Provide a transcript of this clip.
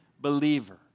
believer